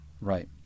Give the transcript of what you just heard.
Right